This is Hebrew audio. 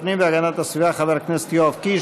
הפנים והגנת הסביבה חבר הכנסת יואב קיש,